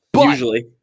usually